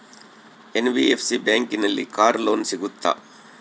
NBFC ಬ್ಯಾಂಕಿನಲ್ಲಿ car loan ಸಿಗುತ್ತಾ?